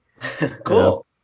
Cool